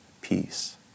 peace